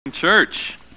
church